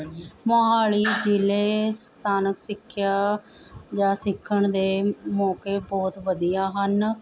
ਮੋਹਾਲੀ ਜ਼ਿਲ੍ਹੇ ਸਥਾਨਕ ਸਿੱਖਿਆ ਜਾਂ ਸਿੱਖਣ ਦੇ ਮੌਕੇ ਬਹੁਤ ਵਧੀਆ ਹਨ